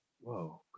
Whoa